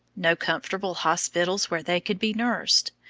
no comfortable hospitals where they could be nursed.